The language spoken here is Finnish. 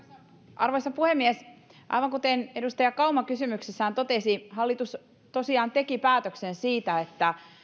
arvoisa puhemies aivan kuten edustaja kauma kysymyksessään totesi hallitus tosiaan teki päätöksen siitä että